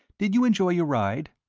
did you enjoy your ride?